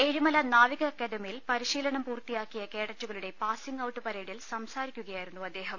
ഏഴിമല നാവിക അക്കാദമിയിൽ പരിശീലനം പൂർത്തിയാക്കിയ കേഡറ്റുകളുടെ പാസിംഗ് ഔട്ട് പരേഡിൽ സംസാരിക്കുകയായിരുന്നു അദ്ദേഹം